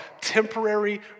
temporary